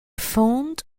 fond